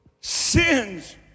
sins